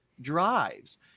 drives